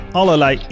allerlei